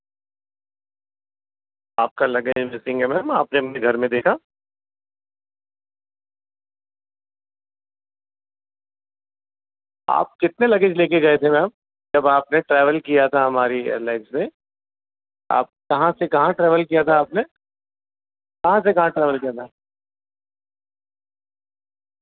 آپ کا luggage missing ہیں نا میم آپ نے اپنے گھر میں دیکھا آپ کتنے لگیج لے کے گئے تھے میم جب آپ نے ٹریول کیا تھا ہماری اٮٔیر لائنس میں آپ کہاں سے کہاں ٹریول کیا تھا آپ نے کہاں سے کہاں ٹریول کیا تھا